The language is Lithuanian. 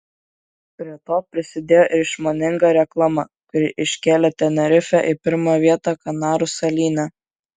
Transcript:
prie to prisidėjo ir išmoninga reklama kuri iškėlė tenerifę į pirmą vietą kanarų salyne